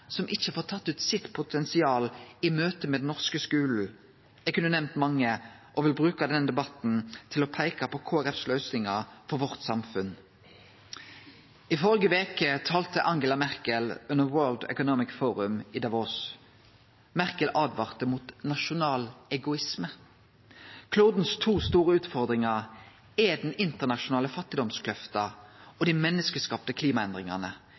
som ikkje har fått tatt ut sitt potensial i møte med den norske skulen. Eg kunne nemnt mange og vil bruke denne debatten til å peike på Kristeleg Folkepartis løysingar for vårt samfunn. I førre veke talte Angela Merkel under World Economic Forum i Davos. Merkel åtvara mot «nasjonal egoisme». Kloden sine to store utfordringar er den internasjonale fattigdomskløfta og dei menneskeskapte klimaendringane.